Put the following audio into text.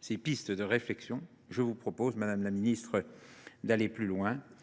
ces pistes de réflexion, je vous propose d’aller plus loin,